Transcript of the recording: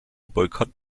boycott